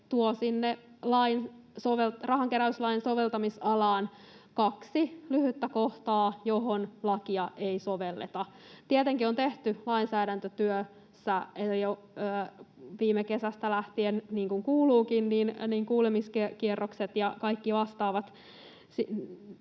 rahankeräyslain soveltamisalaan kaksi lyhyttä kohtaa, joihin lakia ei sovelleta. Tietenkin lainsäädäntötyössä jo viime kesästä lähtien on tehty, niin kuin kuuluukin, kuulemiskierrokset ja kaikki vastaavat,